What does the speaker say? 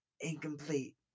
incomplete